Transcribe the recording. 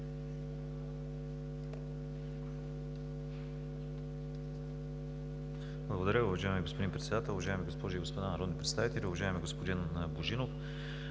КРАЛЕВ: Уважаеми господин Председател, уважаеми дами и господа народни представители, уважаеми господин Антонов,